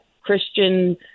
Christian